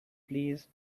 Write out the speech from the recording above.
please